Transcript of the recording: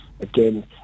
Again